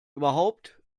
überhaupt